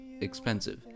expensive